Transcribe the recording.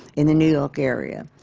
in the new york area,